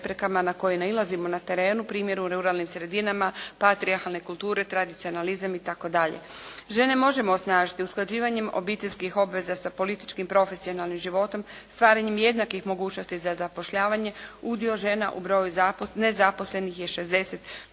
na koje nailazimo na terenu na primjer u ruralnim sredinama, patrijarhalne kulture, tradicionalizam itd. Žene možemo osnažiti usklađivanjem obiteljskih obveza sa političkim profesionalnim životom, stvaranjem jednakih mogućnosti za zapošljavanje, udio žena u broju nezaposlenih je 60%.